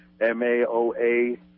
MAOA